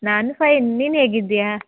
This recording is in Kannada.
ನಾನು ಫೈನ್ ನೀನು ಹೇಗಿದಿಯಾ